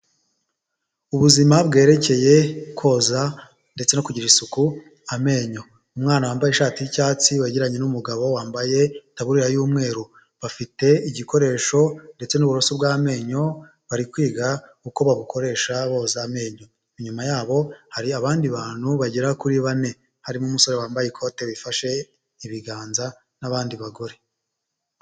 Ubuzima bwerekeye koza ndetse no kugira isuku amenyo umwana wambaye ishati y'icyatsi wagiranye n'umugabo wambaye taburiya y'umweru bafite igikoresho ndetse n'uburoso bw'amenyo bari kwiga uko babukoresha boza amenyo, inyuma yabo hari abandi bantu bagera kuri bane harimo umusore wambaye ikote wifashe ibiganza n'abandi bagore.